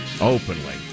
openly